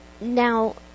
Now